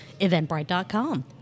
eventbrite.com